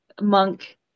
monk